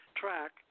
track